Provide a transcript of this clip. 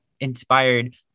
inspired